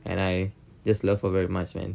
and I just love her very much man